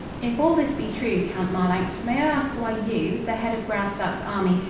if all this be true, count marlanx, may i ask why you, the head of graustark's army,